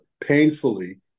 painfully